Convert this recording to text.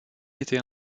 était